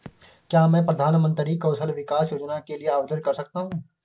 क्या मैं प्रधानमंत्री कौशल विकास योजना के लिए आवेदन कर सकता हूँ?